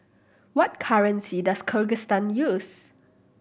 what currency does Kyrgyzstan use